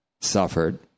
suffered